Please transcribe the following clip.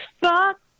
fuck